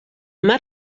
mar